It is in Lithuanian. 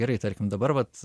gerai tarkim dabar vat